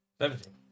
Seventeen